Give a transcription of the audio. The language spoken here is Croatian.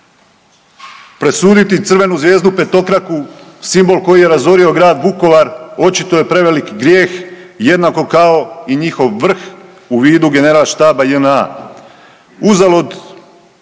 Presuditi crvenu zvijezdu petokraku simbol koji je razorio grad Vukovar očito je prevelik grijeh jednako kao i njihov vrh u vidu generalštaba JNA.